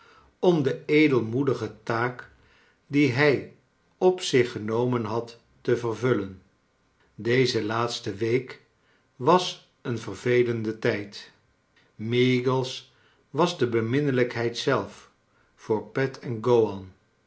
om de edelmoedige taak die hij op zich genomen had te vervullen deze laatste week was een vervelende tijd meagles was de beminnelijkheid zelf voor pet en